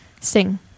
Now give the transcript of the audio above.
sing